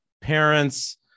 parents